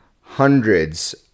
hundreds